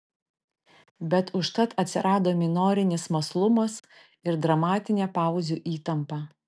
bet užtat atsirado minorinis mąslumas ir dramatinė pauzių įtampa